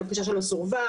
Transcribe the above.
הבקשה שלו סורבה,